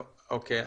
אוקיי.